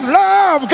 love